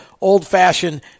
old-fashioned